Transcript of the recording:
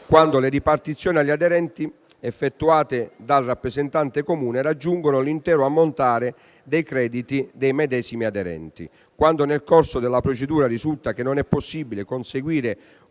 quando le ripartizioni agli aderenti effettuate dal rappresentante comune raggiungono l'intero ammontare dei crediti dei medesimi aderenti; quando nel corso della procedura risulta che non è possibile conseguire